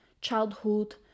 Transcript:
Childhood